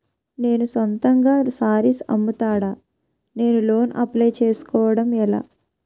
నేను సొంతంగా శారీస్ అమ్ముతాడ, నేను లోన్ అప్లయ్ చేసుకోవడం ఎలా?